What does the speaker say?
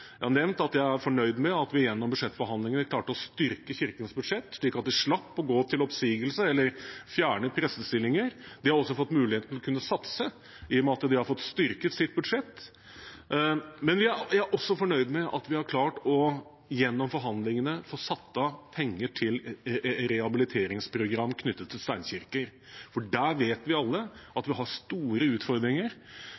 styrke kirkens budsjett, slik at de slipper å gå til oppsigelser eller fjerne prestestillinger. De har også fått mulighet til å kunne satse, i og med at de har fått styrket sitt budsjett. Jeg er også fornøyd med at vi gjennom forhandlingene har klart å få satt av penger til et rehabiliteringsprogram for steinkirker. Der vet vi alle at